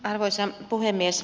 arvoisa puhemies